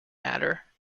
matter